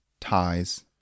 ties